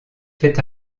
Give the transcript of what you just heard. fait